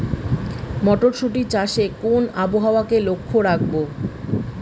মটরশুটি চাষে কোন আবহাওয়াকে লক্ষ্য রাখবো?